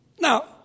Now